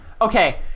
Okay